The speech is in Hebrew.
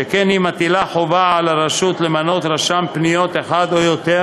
שכן היא מטילה חובה על הרשות למנות רשם פניות אחד או יותר,